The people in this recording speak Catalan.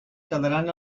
quedaran